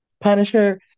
punisher